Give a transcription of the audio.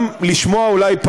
גם אולי,